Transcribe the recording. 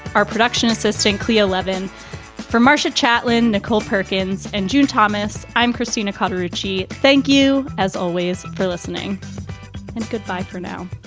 our production assistant, clea levon for marcia chatillon, nicole perkins and june thomas. i'm christine accardo. ritchie, thank you as always for listening and goodbye for now.